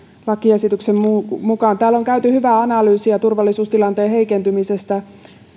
lakiesityksen mukaan mukaan täällä on käyty hyvää analyysiä turvallisuustilanteen heikentymisestä